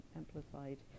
amplified